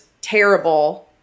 terrible